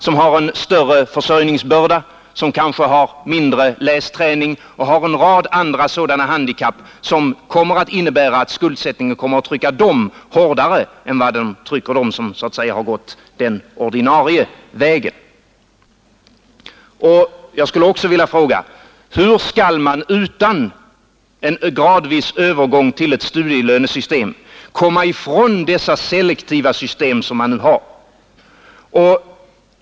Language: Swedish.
De har en större försörjningsbörda, kanske mindre lästräning och en rad andra sådana handikapp, som innebär att skuldsättningen kommer att trycka hårdare på dem än på de ungdomar som går den ordinarie vägen. Jag skulle också vilja fråga: Hur skall man utan en gradvis övergång till ett studielönesystem komma ifrån de nuvarande selektiva systemen?